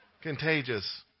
Contagious